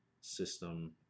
system